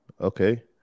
okay